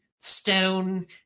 stone